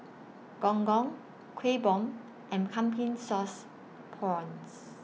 Gong Gong Kueh Bom and Pumpkin Sauce Prawns